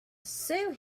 sue